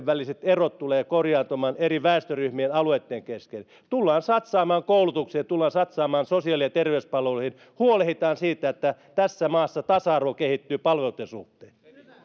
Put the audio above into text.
väliset erot tulevat korjaantumaan eri väestöryhmien ja alueitten kesken tullaan satsaamaan koulutukseen ja tullaan satsaamaan sosiaali ja terveyspalveluihin huolehditaan siitä että tässä maassa tasa arvo kehittyy palveluitten suhteen